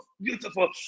beautiful